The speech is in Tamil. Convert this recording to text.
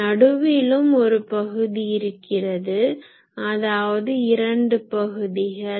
நடுவிலும் ஒரு பகுதி இருக்கிறது அதாவது இரண்டு பகுதிகள்